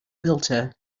filter